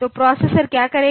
तो प्रोसेसर क्या करेगा